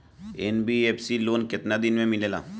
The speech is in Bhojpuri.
एन.बी.एफ.सी लोन केतना दिन मे मिलेला?